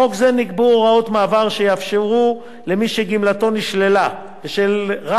בחוק זה נקבעו הוראות מעבר שיאפשרו למי שגמלתו נשללה רק